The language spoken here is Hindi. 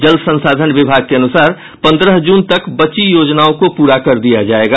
जल संसाधन विभाग के अनुसार पंद्रह जून तक बची योजनाओं को पूरा कर दिया जायेगा